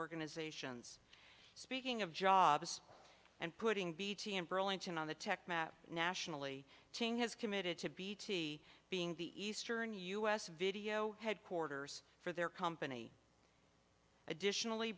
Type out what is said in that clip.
organizations speaking of jobs and putting b t n burlington on the tech map nationally team has committed to bt being the eastern us video headquarters for their company additionally